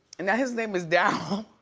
and now his name is darryl